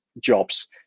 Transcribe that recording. jobs